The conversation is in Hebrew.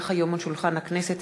כי הונחו היום על שולחן הכנסת,